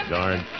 Darn